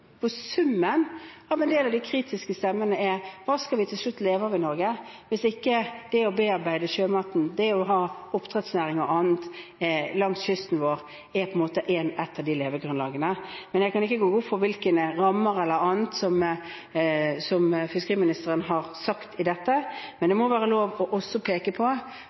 kritiske stemmene er hva vi til slutt skal leve av i Norge, hvis ikke det å bearbeide sjømaten, det å ha en oppdrettsnæring og annet langs kysten vår, er ett av levegrunnlagene. Men jeg kan ikke gå god for hvilke rammer eller annet som fiskeriministeren har snakket om når det gjelder dette, men det må være lov til også å peke på